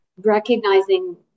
recognizing